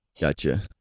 gotcha